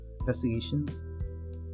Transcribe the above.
investigations